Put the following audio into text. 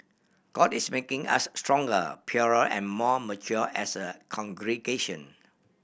god is making us stronger purer and more mature as a congregation